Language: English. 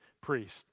priest